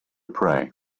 pray